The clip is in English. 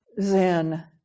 Zen